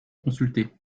consulter